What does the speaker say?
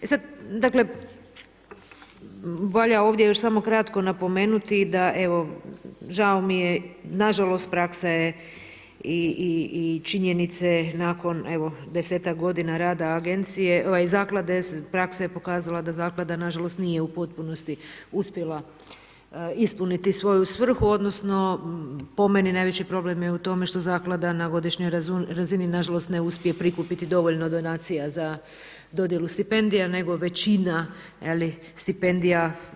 E sad, dakle valja ovdje još samo kratko napomenuti da evo, žao mi je, nažalost praksa je i činjenice nakon evo 10-ak godina rada zaklade, praksa je pokazala da zaklada nažalost nije u potpunosti uspjela ispuniti svoju svrhu odnosno po meni najveći problem je u tome što zaklada na godišnjoj razini nažalost ne uspije prikupiti dovoljno donacija za dodjelu stipendija nego većina stipendija,